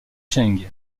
cheng